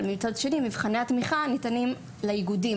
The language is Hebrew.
מצד שני, מבחני התמיכה ניתנים לאיגודים.